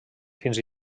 fins